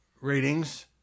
ratings